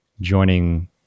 joining